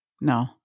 no